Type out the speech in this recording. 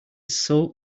sew